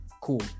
Cool